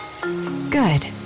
Good